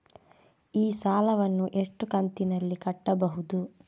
ಈ ಸಾಲವನ್ನು ಎಷ್ಟು ಕಂತಿನಲ್ಲಿ ಕಟ್ಟಬಹುದು?